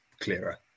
clearer